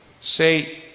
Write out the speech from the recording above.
Say